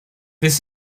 this